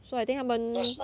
so I think 他们